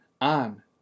on